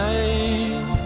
Time